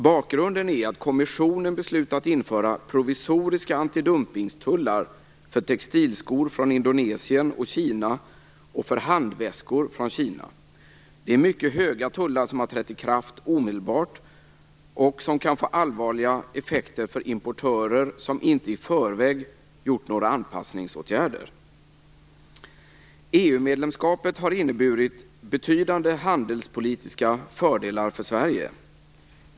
Bakgrunden är att kommissionen beslutat införa provisoriska antidumpningstullar för textilskor från Det är mycket höga tullar, som har trätt i kraft omedelbart och som kan få allvarliga effekter för importörer som inte i förväg vidtagit några anpassningsåtgärder. EU-medlemskapet har inneburit betydande handelspolitiska fördelar för Sverige.